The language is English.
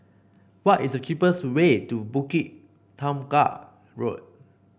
what is the cheapest way to Bukit Tunggal Road